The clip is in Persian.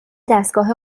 دستگاه